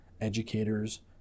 educators